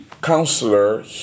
counselor